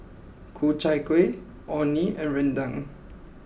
Ku Chai Kueh Orh Nee and Rendang